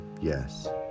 yes